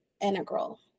integral